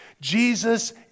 Jesus